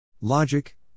Logic